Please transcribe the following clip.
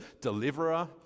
deliverer